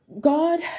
God